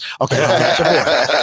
Okay